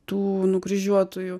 tų nukryžiuotųjų